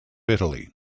italy